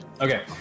okay